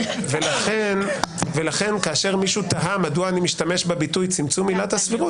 לכן כאשר מישהו תהה מדוע אני משתמש בביטוי "צמצום עילת הסבירות",